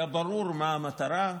היה ברור מה המטרה.